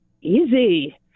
easy